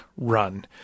run